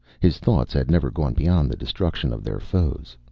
his thoughts had never gone beyond the destruction of their foes.